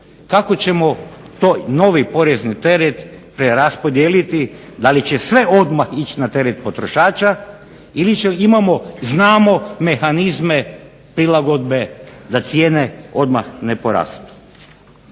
kako ćemo taj novi porezni teret preraspodijeliti da li će sve odmah ići na teret potrošača ili znamo mehanizme prilagodbe da cijene odmah ne porastu.